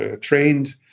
trained